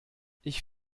ich